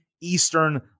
Eastern